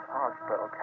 hospital